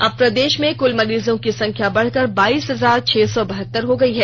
अब प्रदेश में कुल मरीजों की संख्या बढ़कर बाईस हजार छह सौ बहत्तर हो गयी है